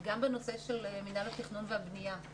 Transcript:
גם בנושא של מינהל התכנון והבנייה,